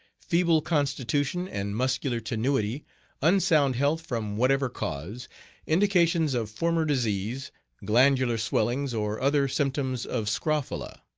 feeble constitution and muscular tenuity unsound health from whatever cause indications of former disease glandular swellings, or other symptoms of scrofula.